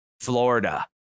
Florida